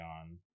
on